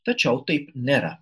tačiau taip nėra